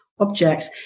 Objects